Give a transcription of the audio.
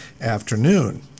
afternoon